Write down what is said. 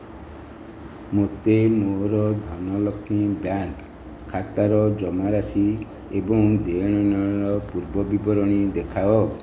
ମୋତେ ମୋର ଧନଲକ୍ଷ୍ମୀ ବ୍ୟାଙ୍କ୍ ଖାତାର ଜମାରାଶି ଏବଂ ଦେଣନେଣର ପୂର୍ବ ବିବରଣୀ ଦେଖାଅ